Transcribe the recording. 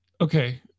Okay